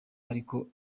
ariko